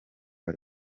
ari